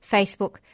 Facebook